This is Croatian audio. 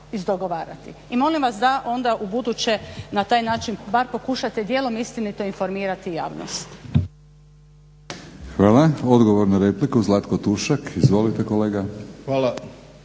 i molim vas da onda ubuduće na taj način bar pokušate dijelom istinito informirati javnost. **Batinić, Milorad (HNS)** Hvala. Odgovor na repliku Zlatko Tušak. Izvolite kolega.